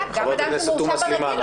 חה"כ תומא סלימאן,